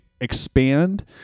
expand